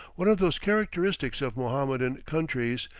one of those characteristics of mohammedan countries,